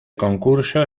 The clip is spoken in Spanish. concurso